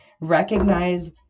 Recognize